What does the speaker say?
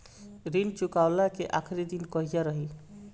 ऋण चुकव्ला के आखिरी दिन कहिया रही?